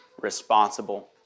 responsible